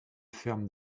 fermes